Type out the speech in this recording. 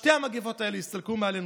שתי המגפות האלה יסתלקו מעלינו.